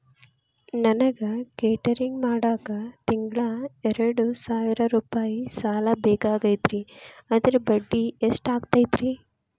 ನನಗ ಕೇಟರಿಂಗ್ ಮಾಡಾಕ್ ತಿಂಗಳಾ ಎರಡು ಸಾವಿರ ರೂಪಾಯಿ ಸಾಲ ಬೇಕಾಗೈತರಿ ಅದರ ಬಡ್ಡಿ ಎಷ್ಟ ಆಗತೈತ್ರಿ?